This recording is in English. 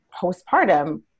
postpartum